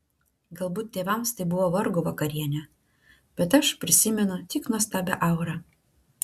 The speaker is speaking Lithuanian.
galbūt tėvams tai buvo vargo vakarienė bet aš prisimenu tik nuostabią aurą